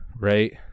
right